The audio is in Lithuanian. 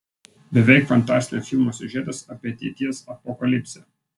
beveik fantastinio filmo siužetas apie ateities apokalipsę